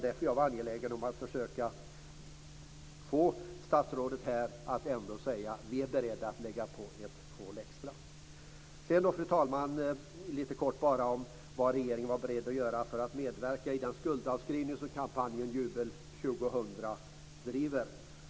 Därför var jag angelägen om att försöka få statsrådet att säga att man är beredd att lägga på ett kol extra. Fru talman! Jag vill kortfattat ta upp vad regeringen är beredd att göra för att medverka i den skuldavskrivning som kampanjen Jubel 2000 driver.